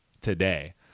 today